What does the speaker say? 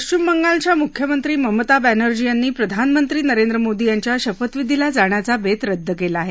पश्चिम बंगालच्या मुख्यमंत्री ममता बर्मिर्जी यांनी प्रधानमंत्री नरेंद्र मोदी यांच्या शपथविधीला जाण्याचा बेत रद्द केला आहे